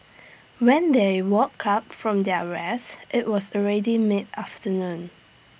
when they woke up from their rest IT was already mid afternoon